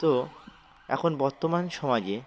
তো এখন বর্তমান সমাজে